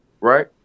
right